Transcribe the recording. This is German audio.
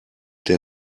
der